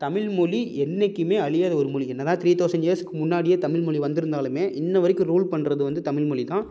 தமிழ்மொழி என்றைக்குமே அழியாத ஒரு மொழி என்னதான் த்ரீ தௌசண்ட் இயர்ஸ்க்கு முன்னாடியே தமிழ்மொழி வந்திருந்தாலுமே இன்று வரைக்கும் ரூல் பண்றது வந்து தமிழ்மொழிதான்